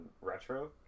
Retro